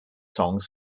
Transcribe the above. songs